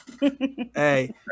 Hey